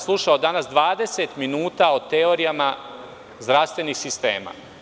Slušao sam danas 20 minuta o teorijama zdravstvenih sistema.